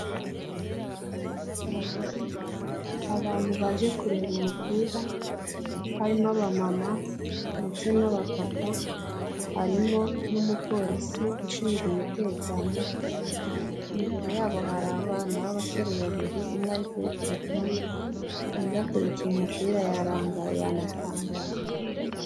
Abantu baje kureba umupira, harimo ba mama ndetse n'aba papa, harimo n'umupolisi ushinzwe umutekano, imbere yabo hari abana b'abasore babiri, umwe ari kuri telefone undi akurikiye umupira yarangaye, yanatangaye.